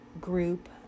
group